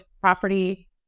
property